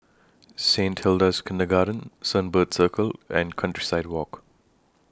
Saint Hilda's Kindergarten Sunbird Circle and Countryside Walk